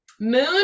Moon